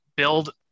Build